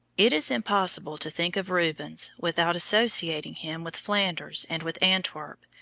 it is impossible to think of rubens without associating him with flanders and with antwerp,